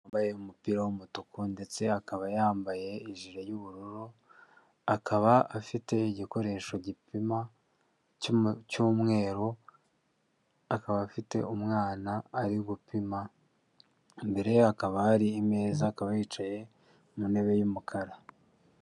Umugabo wambaye umupira w'umutuku ndetse akaba yambaye ijire y'ubururu, akaba afite igikoresho gipima cy'umweru, akaba afite umwana ari gupima. Imbere ye hakaba hari imeza akaba yicaye mu ntebe y'umukara.